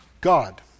God